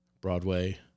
Broadway